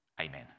Amen